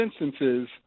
instances –